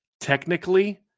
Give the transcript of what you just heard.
technically